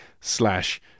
slash